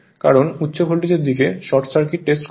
কারণ উচ্চ ভোল্টেজের দিকে শর্ট সার্কিট টেস্ট করা হয়